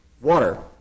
water